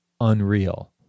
unreal